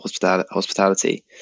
hospitality